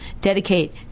dedicate